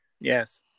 Yes